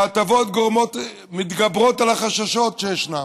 ההטבות מתגברות על החששות שישנם.